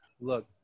look